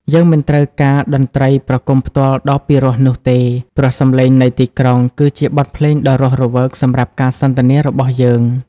យើងមិនត្រូវការតន្ត្រីប្រគំផ្ទាល់ដ៏ពិរោះនោះទេ ព្រោះសម្លេងនៃទីក្រុង គឺជាបទភ្លេងដ៏រស់រវើកសម្រាប់ការសន្ទនារបស់យើង។